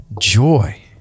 joy